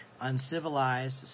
uncivilized